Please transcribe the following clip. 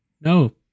No